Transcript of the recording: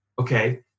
Okay